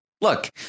look